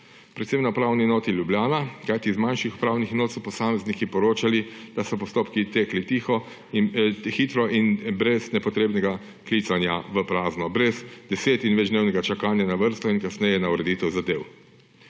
predvsem na Upravni enoti Ljubljana, kajti z manjših upravnih enot so posamezniki poročali, da so postopki tekli hitro in brez nepotrebnega klicanja v prazno, brez deset- in večdnevnega čakanja na vrsto in kasneje na ureditev zadev.